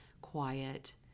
quiet